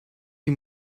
die